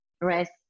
rest